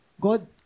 God